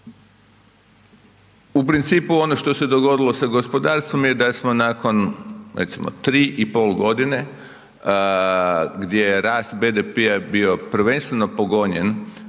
U principu ono što se dogodilo sa gospodarstvom je da smo nakon recimo 3,5 godine gdje je rast BDP-a bio prvenstveno pogonjen